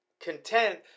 content